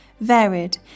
varied